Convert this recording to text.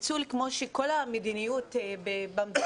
ניצול כמו שכל המדיניות במדינה